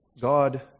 God